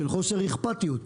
של חוסר אכפתיות,